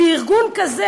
לארגון כזה,